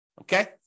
Okay